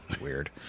Weird